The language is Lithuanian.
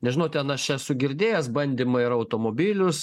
nežinau ten aš esu girdėjęs bandymai ir automobilius